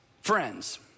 friends